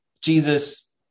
Jesus